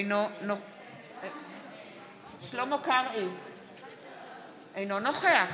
אינו נוכח